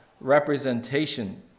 representation